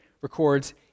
records